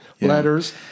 Letters